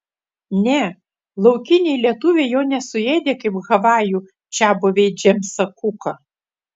ne laukiniai lietuviai jo nesuėdė kaip havajų čiabuviai džeimsą kuką